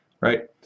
right